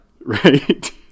Right